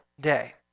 day